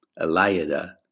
Eliada